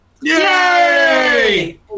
yay